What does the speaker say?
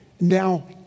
now